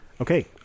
Okay